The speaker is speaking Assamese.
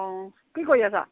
অঁ কি কৰি আছা